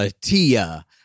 Tia